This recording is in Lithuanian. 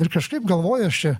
ir kažkaip galvoju aš čia